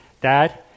dad